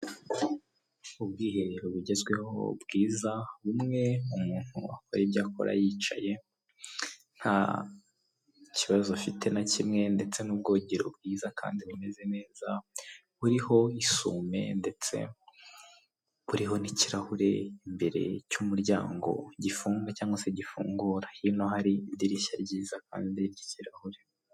Ubwiherero bugezweho bwiza b'umwe umuntu akora ibyo akora yicaye nta kibazo afite na kimwe ndetse n'ubwogero bwiza kandi bumeze neza, buriho isume ndetse buriho n'ikirahure imbere cy'umuryango gifunga cyangwa se gifungura hino hari idirishya ryiza kandi ryikirahure.